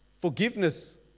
Forgiveness